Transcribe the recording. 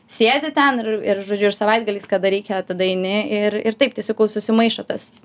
sėdi ten ir ir žodžiu ir savaitgaliais kada reikia tada eini ir ir taip tiesiog kol susimaišo tas